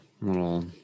little